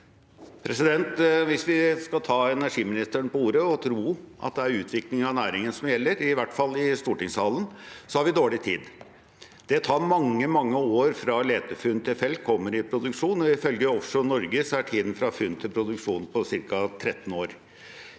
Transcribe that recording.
Hvis vi skal ta energiministeren på ordet og tro at det er utvikling av næringen som gjelder, i hvert fall i stortingssalen, har vi dårlig tid. Det tar mange, mange år fra et letefunn til et felt kommer i produksjon. Ifølge Offshore Norge er tiden fra funn til produksjon på ca. 13 år.